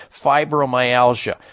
fibromyalgia